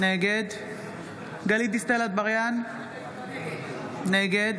נגד גלית דיסטל אטבריאן, נגד